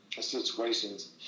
situations